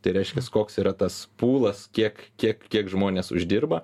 tai reiškias koks yra tas pūlas kiek kiek kiek žmonės uždirba